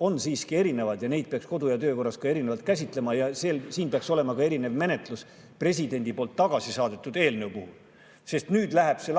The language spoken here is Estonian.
on siiski erinevad ja neid peaks kodu‑ ja töökorras ka erinevalt käsitlema. [Sel juhul] peaks olema ka menetlus erinev presidendi tagasi saadetud eelnõu puhul, sest nüüd läheb see